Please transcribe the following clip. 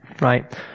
Right